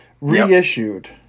reissued